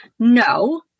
No